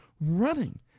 running